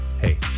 Hey